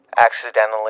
accidentally